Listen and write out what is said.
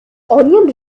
onion